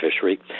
fishery